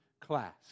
class